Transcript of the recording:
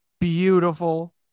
beautiful